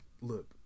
look